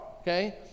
Okay